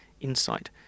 insight